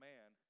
Man